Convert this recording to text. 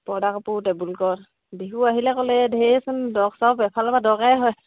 পৰ্দা কাপোৰ table cloth Bihu আহিলে ক'লে ঢেৰ চোন এফালৰ পৰা দৰকাৰে হয়